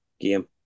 game